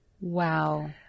Wow